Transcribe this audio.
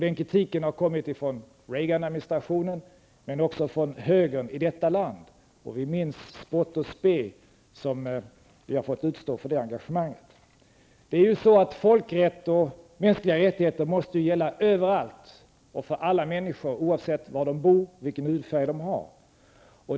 Den kritiken har kommit från Reaganadministrationen men också från högern i detta land. Vi minns spott och spe som vi har fått utstå för det engagemanget. Folkrätt och mänskliga rättigheter måste ju gälla överallt och för alla folk, oavsett var de bor och vilken hudfärg de har.